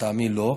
לדעתי לא,